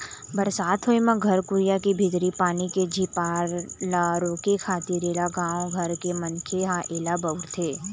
बरसात होय म घर कुरिया के भीतरी पानी के झिपार ल रोके खातिर ऐला गाँव घर के मनखे ह ऐला बउरथे